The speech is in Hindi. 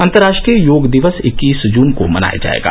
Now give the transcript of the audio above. अंतरराष्ट्रीय योग दिवस इक्कीस जून को मनाया जाएगा